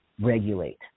regulate